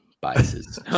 Biases